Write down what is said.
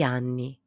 anni